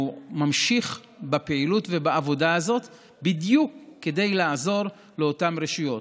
הוא ממשיך בפעילות ובעבודה הזאת בדיוק כדי לעזור לאותן רשויות.